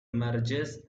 mergers